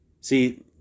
See